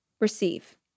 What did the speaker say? receive